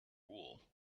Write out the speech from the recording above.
wool